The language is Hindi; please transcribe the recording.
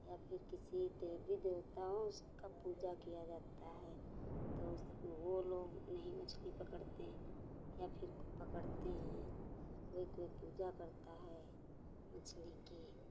या कोई किसी दे भी देता है उसका पूजा किया जाता है तो उस वो लोग नहीं मछली पकड़ते हैं और फिर पकड़ते हैं कोई कोई पूजा करता है मछली की